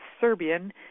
serbian